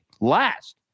Last